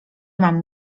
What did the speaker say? mam